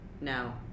No